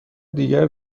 دیگر